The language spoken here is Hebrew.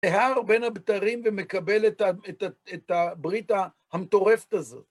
בהר בין הבתרים ומקבל את הברית המטורפת הזאת.